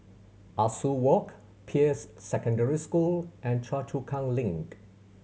Ah Soo Walk Peirce Secondary School and Choa Chu Kang Link